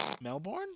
Melbourne